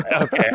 okay